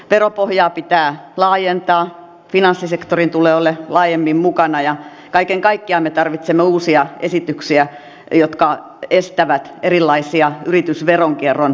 veropohjaa pitää laajentaa finanssisektorin tulee olla laajemmin mukana ja kaiken kaikkiaan me tarvitsemme uusia esityksiä jotka estävät erilaisia yritysveronkierron mahdollisuuksia